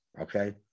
Okay